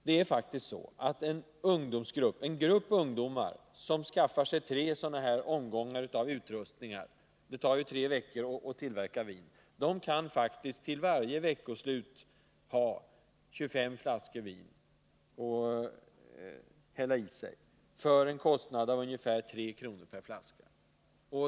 Det är faktiskt så att en grupp ungdomar som skaffar sig tre omgångar av sådan här utrustning — det tar tre veckor att tillverka vinet — kan till varje veckoslut ha 25 flaskor vin att hälla i sig för en kostnad av ungefär 3 kr. per flaska.